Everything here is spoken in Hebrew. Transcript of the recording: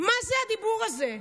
מה זה הדיבור הזה?